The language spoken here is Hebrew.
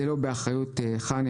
זה לא באחריות חנ"י,